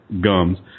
gums